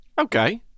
Okay